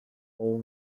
all